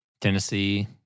Tennessee